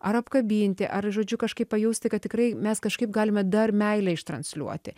ar apkabinti ar žodžiu kažkaip pajausti kad tikrai mes kažkaip galime dar meilę iš transliuoti